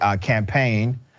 campaign